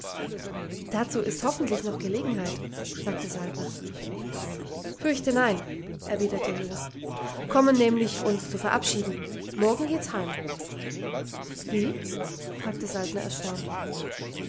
dazu ist hoffentlich noch gelegenheit sagte saltner fürchte nein erwiderte jo kommen nämlich uns zu verabschieden morgen geht's heim wie fragte saltner erstaunt